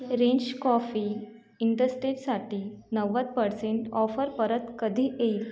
range coffee इंदस्तेटसाटी नव्वद percent offer परत कधी येईल